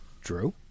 Drew